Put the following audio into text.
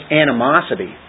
animosity